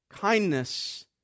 kindness